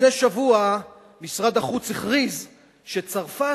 לפני שבוע משרד החוץ הכריז שצרפת,